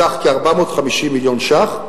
בסך כ-450 מיליון שקלים.